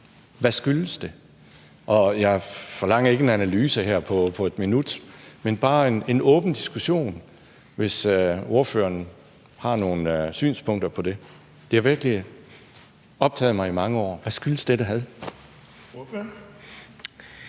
Hvad skyldes det? Jeg forlanger ikke en analyse her på et minut, men bare en åben diskussion, hvis ordføreren har nogle synspunkter på det. Det har virkelig optaget mig i mange år. Hvad skyldes dette had? Kl.